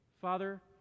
Father